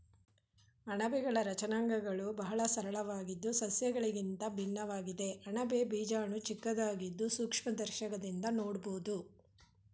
ಅಣಬೆಗಳ ರಚನಾಂಗಗಳು ಬಹಳ ಸರಳವಾಗಿದ್ದು ಸಸ್ಯಗಳಿಗಿಂತ ಭಿನ್ನವಾಗಿದೆ ಅಣಬೆ ಬೀಜಾಣು ಚಿಕ್ಕದಾಗಿದ್ದು ಸೂಕ್ಷ್ಮದರ್ಶಕದಿಂದ ನೋಡ್ಬೋದು